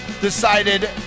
decided